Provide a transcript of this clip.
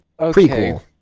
prequel